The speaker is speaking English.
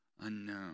unknown